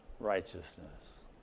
righteousness